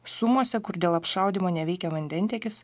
sumuose kur dėl apšaudymo neveikia vandentiekis